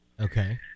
Okay